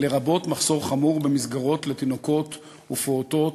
לרבות מחסור חמור במסגרות לתינוקות ופעוטות,